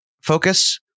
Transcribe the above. focus